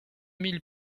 mille